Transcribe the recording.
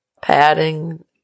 padding